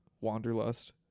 Wanderlust